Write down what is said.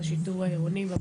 את השיטור העירוני.